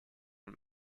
und